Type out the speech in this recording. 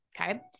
Okay